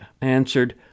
answered